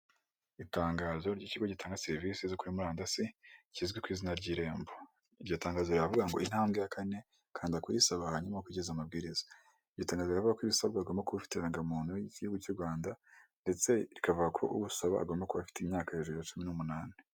Itangazo ry'ikigo gitanga serivisi zo kuri murandasi kizwi ku ku izina ry'irembo, iryo tangazo ri ravuga ngo intambwe ya kane kanda kuyisaba hanyuma ukurikize amabwiriza iryo tangazo riravuga ko ibisabwa agomba kuba afite indangamuntu y'igihugu cy'u Rwanda ndetse ikavuga ko usaba agomba kuba afite imyaka iri hejuru ya cumi n'umunani.